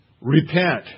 repent